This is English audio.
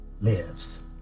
lives